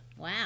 Wow